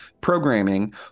programming